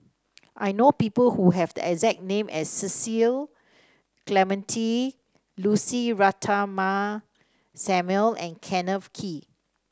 I know people who have the exact name as Cecil Clementi Lucy Ratnammah Samuel and Kenneth Kee